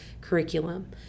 curriculum